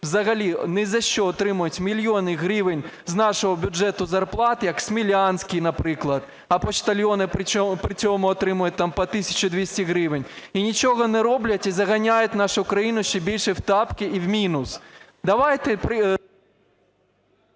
взагалі ні за що отримують мільйони гривень з нашого бюджету зарплат як Смілянський, наприклад, а почтальоны при цьому отримують там по тисячу 200 гривень, і нічого не роблять, і заганяють нашу країну ще більше "в тапки" і в мінус.